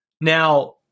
Now